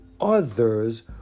others